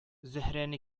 зөһрәне